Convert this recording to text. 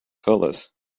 colors